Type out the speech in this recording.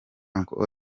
uncle